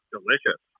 Delicious